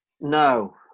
No